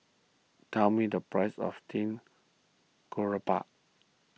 tell me the price of Steamed Garoupa